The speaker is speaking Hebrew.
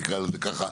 נקרא לזה ככה,